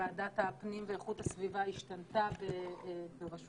ועדת הפנים ואיכות הסביבה השתנתה בראשותך